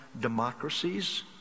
democracies